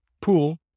pool